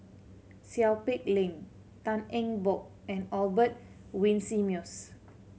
Seow Peck Leng Tan Eng Bock and Albert Winsemius